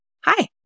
Hi